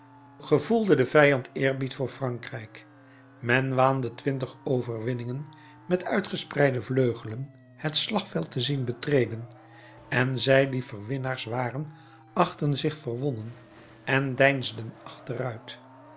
gevoelde de vijand eerbied voor frankrijk men waande twintig overwinningen met uitgespreide vleugelen het slagveld te zien betreden en zij die verwinnaars waren achtten zich verwonnen en deinsden achteruit